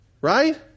Right